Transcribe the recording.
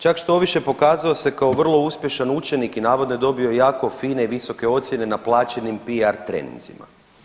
Čak štoviše, pokazao se kao vrlo uspješan učenik i navodno da je dobro jako fine i visoke ocijene na plaćenim PR treninzima.